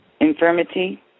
Infirmity